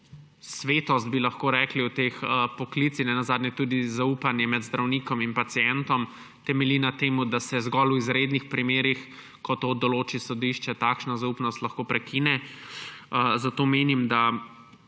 svetost v teh poklicih, nenazadnje tudi zaupanje med zdravnikom in pacientom temelji na tem, da se zgolj v izrednih primerih, ko to določi sodišče, takšna zaupnost lahko prekine. Zato menim, da